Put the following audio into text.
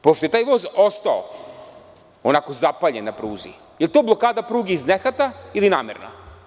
Pošto je taj voz ostao onako zapaljen na pruzi, da li je to blokada pruge iz nehata ili namerna?